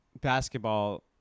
basketball